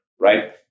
right